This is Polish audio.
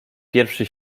pierwszy